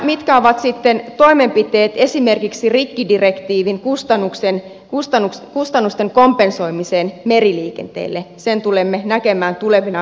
mitkä ovat sitten toimenpiteet esimerkiksi rikkidirektiivin kustannusten kompensoimiseksi meriliikenteelle sen tulemme näkemään tulevina vuosina